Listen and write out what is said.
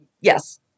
Yes